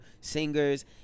singers